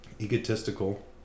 Egotistical